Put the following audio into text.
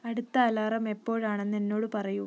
അടുത്ത അലാറം എപ്പോഴാണെന്ന് എന്നോടു പറയൂ